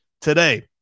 today